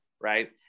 right